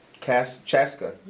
Chaska